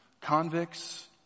convicts